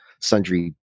sundry